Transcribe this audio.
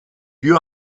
più